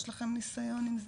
יש לכם ניסיון עם זה?